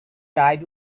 died